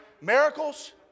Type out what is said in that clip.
miracles